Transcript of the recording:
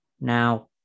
Now